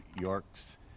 York's